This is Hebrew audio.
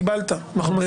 הרבה יותר.